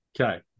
Okay